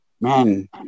man